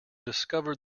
discovered